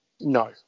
No